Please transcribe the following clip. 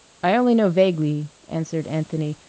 i only know vaguely, answered anthony.